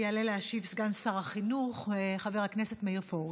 יעלה להשיב סגן שר החינוך חבר הכנסת מאיר פרוש.